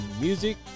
music